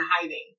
hiding